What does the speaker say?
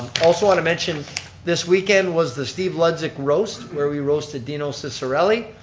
also want to mention this weekend was the steve ludzik roast, where we roasted deano so cicarelli.